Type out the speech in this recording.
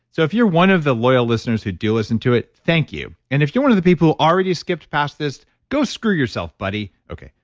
so, if you're one of the loyal listeners who do listen to it, thank you. and if you're one of the people already skipped past this, go screw yourself buddy. okay,